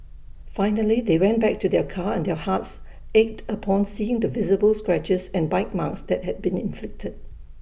finally they went back to their car and their hearts ached upon seeing the visible scratches and bite marks that had been inflicted